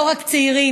לא רק צעירים,